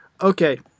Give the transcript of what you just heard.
Okay